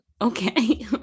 Okay